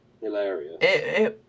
hilarious